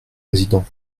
président